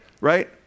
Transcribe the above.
right